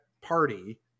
party